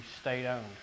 state-owned